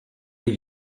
les